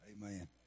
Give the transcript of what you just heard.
Amen